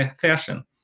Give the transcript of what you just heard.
fashion